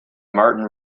martin